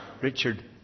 Richard